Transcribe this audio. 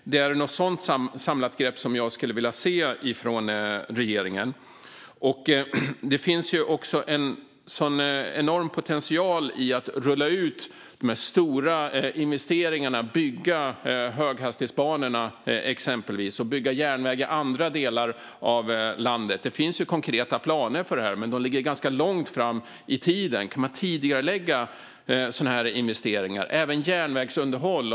Det är ett sådant samlat grepp jag skulle vilja se från regeringen. Det finns också enorm potential i att rulla ut de stora investeringarna, exempelvis att bygga höghastighetsbanorna och att bygga järnväg i andra delar av landet. Det finns konkreta planer för det. Men de ligger ganska långt fram i tiden. Kan man tidigarelägga sådana investeringar? Detsamma gäller järnvägsunderhåll.